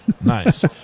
Nice